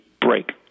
break